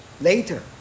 later